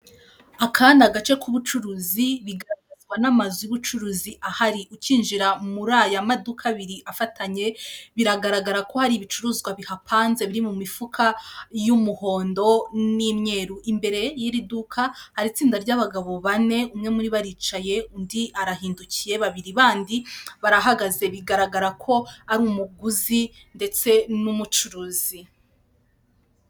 Aka ni gace k'ubucuruzi bigaragazwa n'amazu y'ubucuruzi ahari, ukinjira muri aya maduka abiri afatanye, biragaragara ko hari ibicuruzwa bihapanze biri mu mifuka y'umuhondo n'imyeru, imbere y'iri duka hari itsinda ry'abagabo bane umwe muri bo aricaye undi arahindukiye, babiri bandi barahagaze, bigaragara ko ari umuguzi ndetse n'umucuruzi.